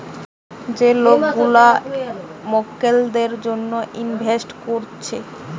যে লোক গুলা মক্কেলদের জন্যে ইনভেস্ট কোরছে